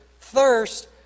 thirst